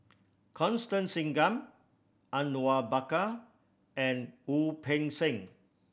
Constance Singam Awang Bakar and Wu Peng Seng